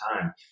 time